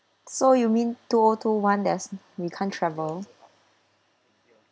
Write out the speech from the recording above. so you mean two O two One there's we can't travel